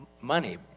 money